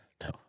No